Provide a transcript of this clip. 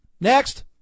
Next